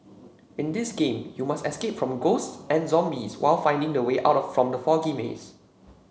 in this game you must escape from ghosts and zombies while finding the way out from the foggy maze